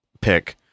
pick